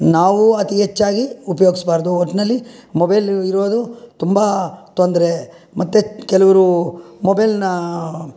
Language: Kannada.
ನಾವು ಅತಿ ಹೆಚ್ಚಾಗಿ ಉಪಯೋಗ್ಸ್ಬಾರ್ದು ಒಟ್ಟಿನಲ್ಲಿ ಮೊಬೈಲು ಇರೋದು ತುಂಬ ತೊಂದರೆ ಮತ್ತು ಕೆಲವರು ಮೊಬೈಲನ್ನ